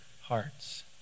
hearts